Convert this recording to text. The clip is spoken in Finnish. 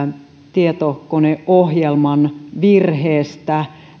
tietokoneohjelman virheestä